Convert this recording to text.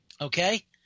Okay